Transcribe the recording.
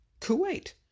Kuwait